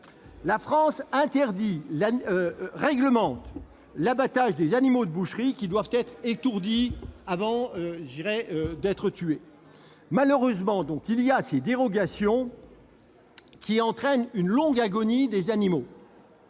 la France réglemente l'abattage des animaux de boucherie, qui doivent être étourdis avant d'être tués. Malheureusement, il y a ces dérogations qui entraînent de longues agonies des animaux.